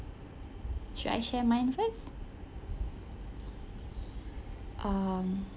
should I share mine first um